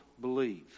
believe